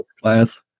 class